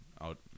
out